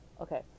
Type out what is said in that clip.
Okay